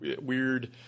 weird